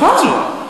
נכון.